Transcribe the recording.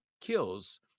kills